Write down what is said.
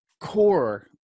core